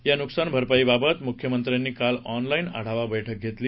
या नुकसान भरपाईबाबत मुख्यमंत्र्यांनी काल ऑनलाईन आढावा बैठक घेतली